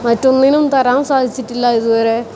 മറ്റൊന്നിനും തരാൻ സാധിച്ചിട്ടില്ല ഇത് വരെ